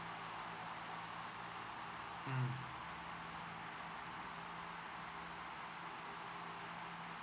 mm